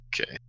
Okay